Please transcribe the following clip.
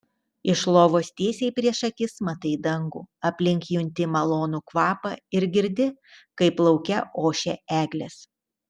iš lovos tiesiai prieš akis matai dangų aplink junti malonų kvapą ir girdi kaip lauke ošia eglės